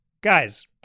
guys